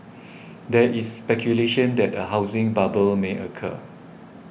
there is speculation that a housing bubble may occur